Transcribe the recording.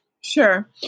Sure